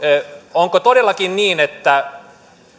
onko todellakin niin että